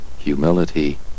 humility